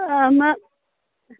آ مہ